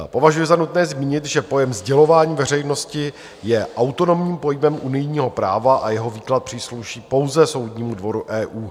Považuji za nutné zmínit, že pojem sdělování veřejnosti je autonomním pojmem unijního práva a jeho výklad přísluší pouze Soudnímu dvoru EU.